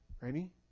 Ready